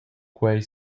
quei